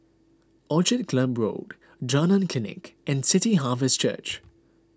Orchid Club Road Jalan Klinik and City Harvest Church